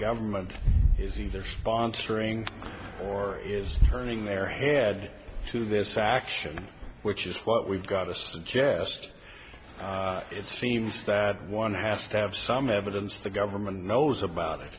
government is either on string or is turning their head to this action which is what we've got to suggest it seems that one has to have some evidence the government knows about it